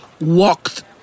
Walked